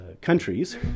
countries